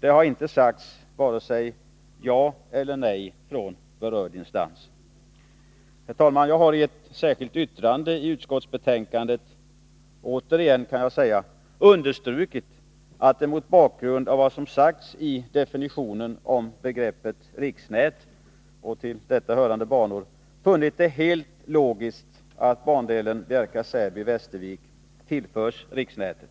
emellertid inte sagts vare sig ja eller nej från berörd instans. Herr talman! Jag har i ett särskilt yttrande i utskottsbetänkandet — återigen, kan man säga — understrukit att mot bakgrund av vad som sagts i fråga om definition av begreppet riksnät och till detta hörande banor, bör det vara helt logiskt att bandelen Bjärka/Säby-Västervik tillförs riksnätet.